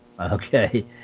Okay